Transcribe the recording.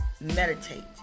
meditate